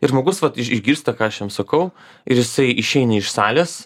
ir žmogus vat iš išgirsta ką aš jums sakau ir jisai išeini iš salės